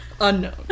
Unknown